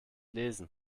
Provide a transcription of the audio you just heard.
lesen